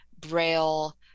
braille